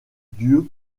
dieu